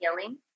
healing